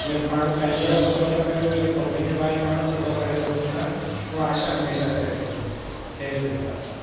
जीअं पाण पंहिंजे लाइ सुठो था कयूं तीअं पब्लिक बि लाइ पाण सुठो करे सघूं था उहा आशा हमेशह जय झूलेलाल